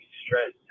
stress